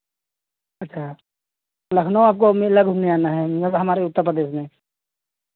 अच्छा लखनऊ आपको मेला घूमने आना है हमारे उत्तर प्रदेश में